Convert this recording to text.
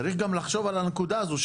צריך גם לחשוב על הנקודה הזאת.